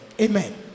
Amen